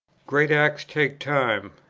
great acts take time.